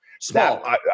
Small